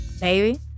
Baby